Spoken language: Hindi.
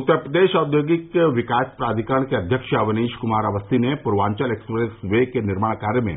उत्तर प्रदेश औद्योगिक विकास प्राधिकरण के अध्यक्ष अवनीश क्मार अवस्थी ने पूर्वांचल एक्सप्रेस वे के निर्माण कार्य में